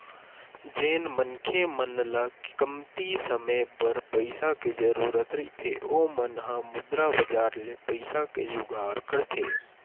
जेन मनखे मन ल कमती समे बर पइसा के जरुरत रहिथे ओ मन ह मुद्रा बजार ले पइसा के जुगाड़ करथे